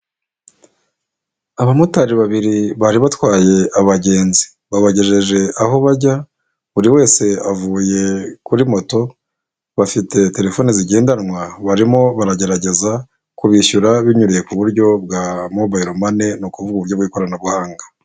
Abamotari babiri bari batwaye abagenzi babagejeje aho bajya buri wese avuye kuri moto bafite telefoni zigendanwa barimo baragerageza kubishyura binyuriye kuburyo bwa mobayilo mane ni ukuvuga uburyo bw'ikoranabuhanga.